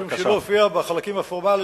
משום שהיא לא הופיעה בחלקים הפורמליים,